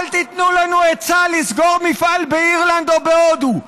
אל תיתנו לנו עצה לסגור מפעל באירלנד או בהודו.